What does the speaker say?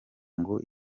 ngo